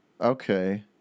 Okay